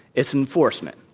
it's enforcement.